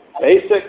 basic